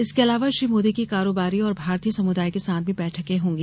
इसके अलावा श्री मोदी की कारोबारी और भारतीय समुदाय के साथ भी बैठकें होंगी